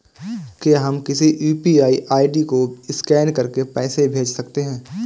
क्या हम किसी यू.पी.आई आई.डी को स्कैन करके पैसे भेज सकते हैं?